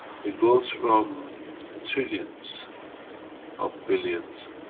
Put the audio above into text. it goes from trillions of billions.